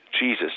Jesus